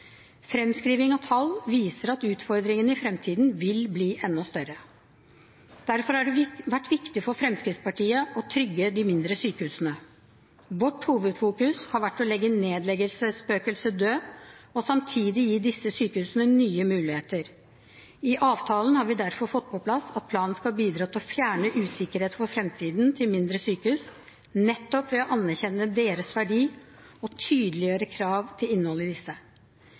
av tall viser at utfordringene i framtiden vil bli enda større. Derfor har det vært viktig for Fremskrittspartiet å trygge de mindre sykehusene. Vårt hovedfokus har vært å legge nedleggelsesspøkelset dødt og samtidig gi disse sykehusene nye muligheter. I avtalen har vi derfor fått på plass at planen skal bidra til å fjerne usikkerhet for framtiden til mindre sykehus nettopp ved å anerkjenne deres verdi og tydeliggjøre krav til innhold i disse.